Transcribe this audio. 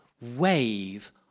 wave